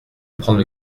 prendre